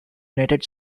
united